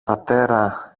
πατέρα